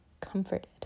comforted